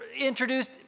introduced